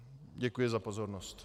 Děkuji za pozornost.